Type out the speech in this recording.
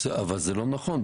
אבל זה לא נכון.